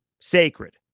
sacred